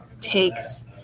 takes